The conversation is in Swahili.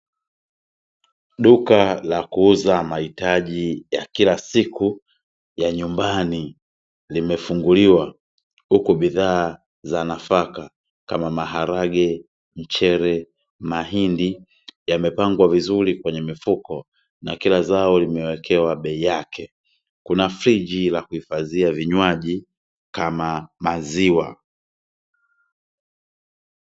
Duka la kuuza mahitaji ya kila siku ya nyumbani, limefunguliwa huku bidhaa za nafaka kama maharage ,mchele, mahindi yamepangwa vizuri kwenye mifuko na kila zao limewekewa bei yake, kuna friji la kuhifadhia vinywaji kama maziwa.